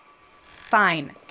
fine